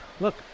Look